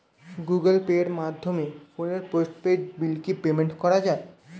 Google পের মাধ্যমে ফোনের পোষ্টপেইড বিল কি পেমেন্ট করা যায়?